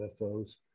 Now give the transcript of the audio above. UFOs